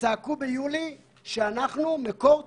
וצעקו ביולי שאנחנו מקור תחלואה,